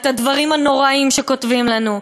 את הדברים הנוראיים שכותבים לנו.